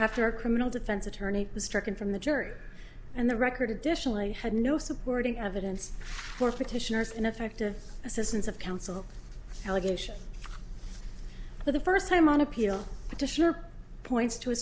after a criminal defense attorney was stricken from the jury and the record additionally had no supporting evidence for petitioners ineffective assistance of counsel allegation for the first time on appeal petitioner points to a